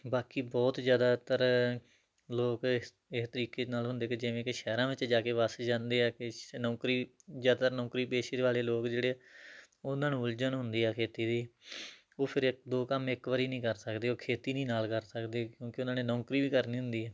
ਬਾਕੀ ਬਹੁਤ ਜ਼ਿਆਦਾਤਰ ਲੋਕ ਇਸ ਇਸ ਤਰੀਕੇ ਨਾਲ ਹੁੰਦੇ ਕਿ ਜਿਵੇਂ ਕਿ ਸ਼ਹਿਰਾਂ ਵਿੱਚ ਜਾ ਕੇ ਵੱਸ ਜਾਂਦੇ ਆ ਕਿ ਸ਼ ਨੌਕਰੀ ਜ਼ਿਆਦਾ ਨੌਕਰੀ ਪੇਸ਼ੇ ਦੇ ਵਾਲੇ ਲੋਕ ਜਿਹੜੇ ਆ ਉਹਨਾਂ ਨੂੰ ਉਲਝਣ ਹੁੰਦੀ ਹੈ ਖੇਤੀ ਦੀ ਉਹ ਫਿਰ ਦੋ ਕੰਮ ਇੱਕ ਵਾਰ ਨਹੀਂ ਕਰ ਸਕਦੇ ਉਹ ਖੇਤੀ ਨਹੀਂ ਨਾਲ ਕਰ ਸਕਦੇ ਕਿਉਂਕਿ ਉਹਨਾਂ ਨੇ ਨੌਕਰੀ ਵੀ ਕਰਨੀ ਹੁੰਦੀ ਹੈ